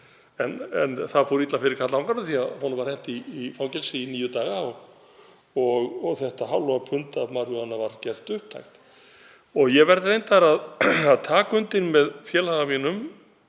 En það fór illa fyrir karlanganum af því að honum var hent í fangelsi í níu daga og þetta hálfa pund af maríjúana var gert upptækt. Ég verð reyndar að taka undir með félaga mínum,